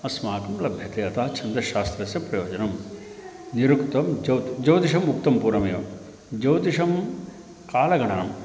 अस्माकं लभ्यते अतः छन्द्रशास्त्रस्य प्रयोजनं निरुक्तं ज्योतिषं ज्योतिषम् उक्तं पूर्वमेव ज्योतिषं कालगणनं